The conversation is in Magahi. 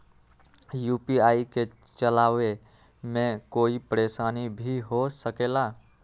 यू.पी.आई के चलावे मे कोई परेशानी भी हो सकेला?